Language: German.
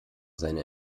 seine